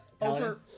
Over